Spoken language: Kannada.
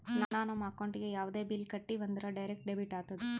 ನಾವು ನಮ್ ಅಕೌಂಟ್ಲೆ ಯಾವುದೇ ಬಿಲ್ ಕಟ್ಟಿವಿ ಅಂದುರ್ ಡೈರೆಕ್ಟ್ ಡೆಬಿಟ್ ಆತ್ತುದ್